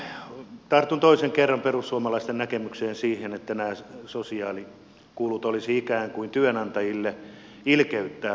nyt tartun toisen kerran perussuomalaisen näkemykseen että nämä sosiaalikulut olisivat ikään kuin työnantajille ilkeyttään laitettuja asioita